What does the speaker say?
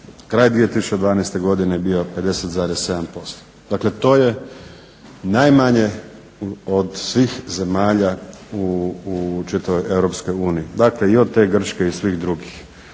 Kraj 2012. godine je bio 50,7%. Dakle, to je najmanje od svih zemalja u čitavoj Europskoj uniji. Dakle i od te Grčke i svih drugih.